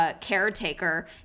caretaker